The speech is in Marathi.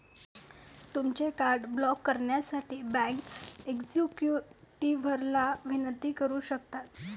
तुमचे कार्ड ब्लॉक करण्यासाठी बँक एक्झिक्युटिव्हला विनंती करू शकता